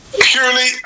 Purely